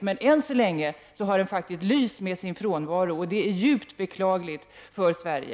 Men ännu så länge lyser någonting sådant med sin frånvaro, och det är djupt beklagligt för Sverige.